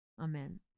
amen